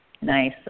Nice